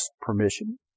permission